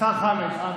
השר חמד עמאר,